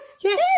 Yes